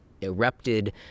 erupted